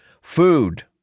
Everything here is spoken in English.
Food